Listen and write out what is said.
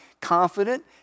confident